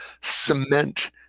Cement